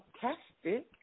fantastic